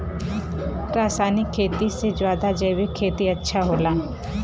रासायनिक खेती से ज्यादा जैविक खेती अच्छा होला